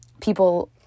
people